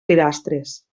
pilastres